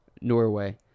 Norway